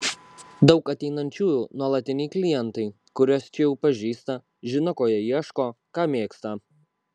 daug ateinančiųjų nuolatiniai klientai kuriuos čia jau pažįsta žino ko jie ieško ką mėgsta